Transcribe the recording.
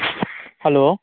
hello